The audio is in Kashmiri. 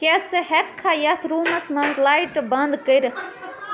کیٛاہ ژٕ ہٮ۪کہٕ کھا یتھ روٗمَس منٛز لایٹہٕ بنٛد کٔرِتھ